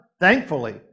thankfully